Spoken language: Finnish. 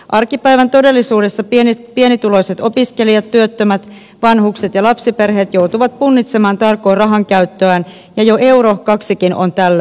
arkipäivän todellisuudessa pienituloiset opiskelijat työttömät vanhukset ja lapsiperheet joutuvat punnitsemaan tarkoin rahankäyttöään ja jo euro kaksikin on tällöin paljon